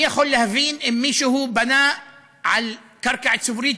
אני יכול להבין אם מישהו בנה על קרקע ציבורית,